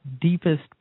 deepest